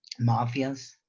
mafias